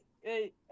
Hey